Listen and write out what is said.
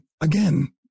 again